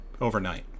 overnight